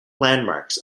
landmarks